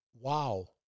Wow